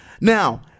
Now